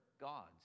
gods